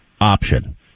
option